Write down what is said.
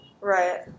Right